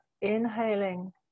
inhaling